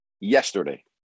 yesterday